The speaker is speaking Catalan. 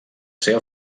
seva